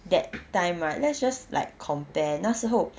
that time right let's just like compare 那时候